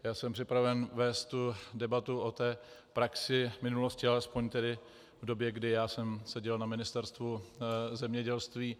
Já jsem připraven vést tu debatu o té praxi v minulosti, alespoň tedy v době, kdy já jsem seděl na Ministerstvu zemědělství.